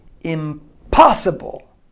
impossible